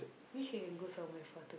wish you can go somewhere further